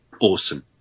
Awesome